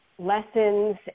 lessons